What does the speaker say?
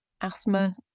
asthma